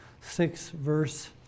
six-verse